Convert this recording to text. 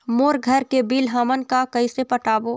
मोर घर के बिल हमन का कइसे पटाबो?